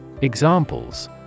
Examples